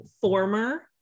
former